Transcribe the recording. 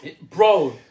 Bro